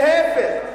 להיפך.